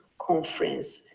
conference.